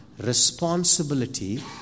responsibility